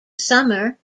summer